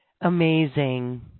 Amazing